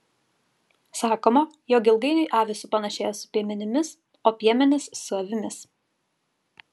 sakoma jog ilgainiui avys supanašėja su piemenimis o piemenys su avimis